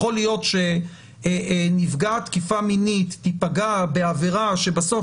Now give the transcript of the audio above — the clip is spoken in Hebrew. יכול להיות שנפגעת תקיפה מינית תפגע בעבירה שבסוף